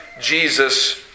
Jesus